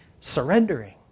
surrendering